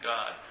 God